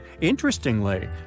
Interestingly